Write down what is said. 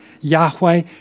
Yahweh